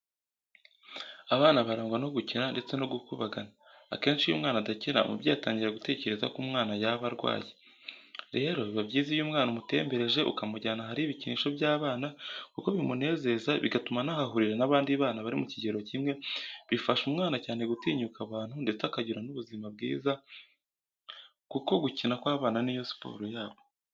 Abana barangwa no gukina ndetse no kukubagana, akesnhi iyo umwana adakina umubyeyi atangira gutekereza ko umwana yaba arwaye, rero biba byiza iyo umwana umutembereje ukamujyana ahari ibikinisho by'abana kuko bimunezeza bigatuma anahahurira n'abandi bana bari mu kigero kimwe, bifasha umwana cyane gutinyuka abantu ndetse akagira n'ubuzima bwiza kuko gukina kw'abana niyo siporo yabo.